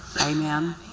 Amen